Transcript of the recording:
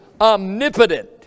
omnipotent